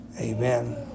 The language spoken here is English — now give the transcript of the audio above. Amen